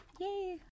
Yay